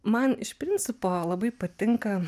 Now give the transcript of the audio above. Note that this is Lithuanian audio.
man iš principo labai patinka